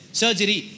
surgery